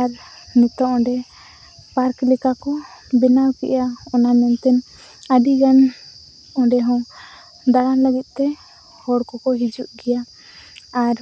ᱟᱨ ᱱᱤᱛᱤᱜ ᱚᱸᱰᱮ ᱯᱟᱨᱠ ᱞᱮᱠᱟᱠᱚ ᱵᱮᱱᱟᱣᱠᱮᱫᱼᱟ ᱚᱱᱟ ᱢᱮᱱᱛᱮ ᱟᱹᱰᱤᱜᱟᱱ ᱚᱸᱰᱮᱦᱚᱸ ᱫᱟᱬᱟᱱ ᱞᱟᱹᱜᱤᱫᱛᱮ ᱦᱚᱲᱠᱚᱠᱚ ᱦᱤᱡᱩᱜ ᱜᱮᱭᱟ ᱟᱨ